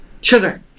sugar